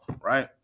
right